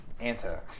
Anta